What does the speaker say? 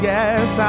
Yes